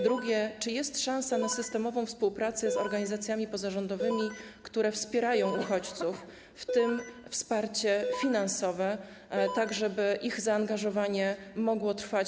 Drugie: Czy jest szansa na systemową współpracę z organizacjami pozarządowymi, które wspierają uchodźców, w tym wsparcie finansowe, tak żeby ich zaangażowanie mogło trwać.